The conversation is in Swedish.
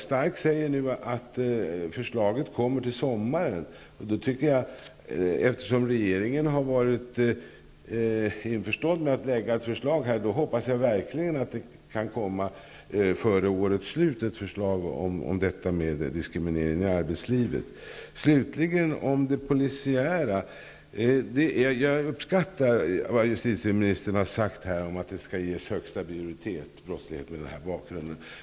Stark säger att förslaget kommer till sommaren. Eftersom regeringen varit införstådd med att lägga fram ett förslag hoppas jag verkligen att det kan komma ett förslag om diskriminering i arbetslivet före årets slut. Slutligen vill jag säga några ord om det polisiära. Jag uppskattar vad justitieministern sagt om att det mot denna bakgrund skall ges högsta prioritet.